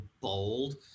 bold